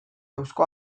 eusko